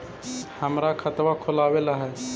हमरा खाता खोलाबे ला है?